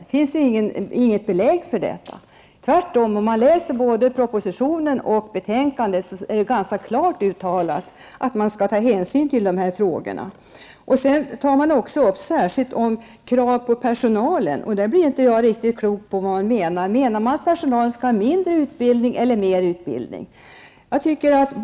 Det finns inget belägg för detta. Om man läser propositionen och betänkandet finner man att det är ganska klart uttalat att man skall ta hänsyn till dessa frågor. Krav på personalen tas upp särskilt. Jag blir inte riktigt klok på vad man menar. Menar man att personalen skall ha mindre eller mer utbildning?